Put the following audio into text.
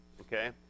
Okay